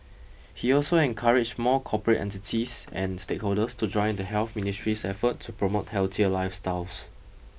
he also encouraged more corporate entities and stakeholders to join in the Health Ministry's effort to promote healthier lifestyles